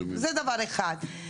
זה דבר אחד.